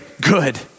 good